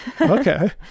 Okay